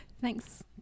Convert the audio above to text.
Thanks